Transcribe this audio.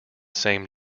same